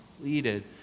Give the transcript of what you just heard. pleaded